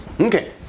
Okay